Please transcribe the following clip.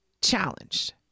challenged